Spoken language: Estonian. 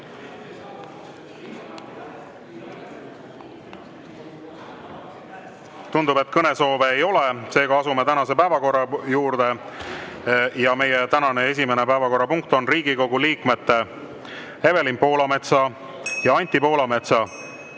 Tundub, et kõnesoove ei ole, seega asume tänase päevakorra juurde. Meie tänane esimene päevakorrapunkt on Riigikogu liikmete Evelin Poolametsa ja Anti Poolametsa